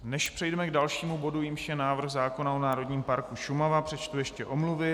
Než přejdeme k dalšímu bodu, jímž je návrh zákona o národním parku Šumava, přečtu ještě omluvy.